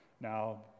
Now